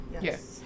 Yes